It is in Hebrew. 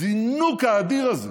הזינוק האדיר הזה